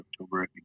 October